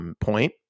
Point